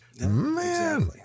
Man